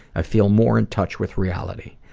i feel more in touch with reality.